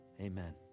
Amen